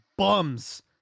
bums